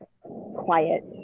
quiet